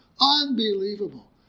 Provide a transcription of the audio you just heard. Unbelievable